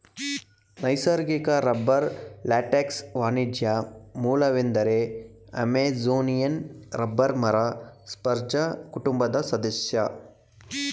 ನೈಸರ್ಗಿಕ ರಬ್ಬರ್ ಲ್ಯಾಟೆಕ್ಸ್ನ ವಾಣಿಜ್ಯ ಮೂಲವೆಂದರೆ ಅಮೆಜೋನಿಯನ್ ರಬ್ಬರ್ ಮರ ಸ್ಪರ್ಜ್ ಕುಟುಂಬದ ಸದಸ್ಯ